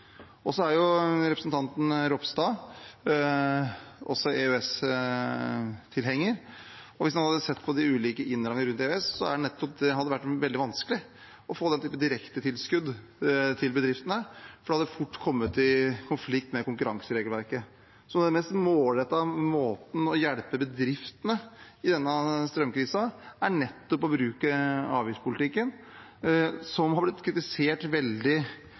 og hvis han hadde sett på de ulike innrammingene rundt EØS, ville han sett at det hadde vært veldig vanskelig å få den typen direkte tilskudd til bedriftene, for det hadde fort kommet i konflikt med konkurranseregelverket. Så den mest målrettede måten å hjelpe bedriftene på i denne strømkrisen er å bruke avgiftspolitikken. Det har blitt kritisert veldig,